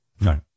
No